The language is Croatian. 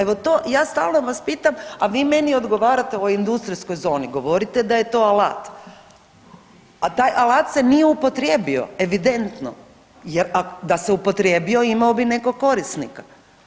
Evo, to, ja stalno vas pitam, a vi meni odgovarate o industrijskoj zoni, govorite da je to alat, a taj alat se nije upotrijebio, evidentno jer da se upotrijebio, imao bi nekog korisnika.